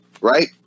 right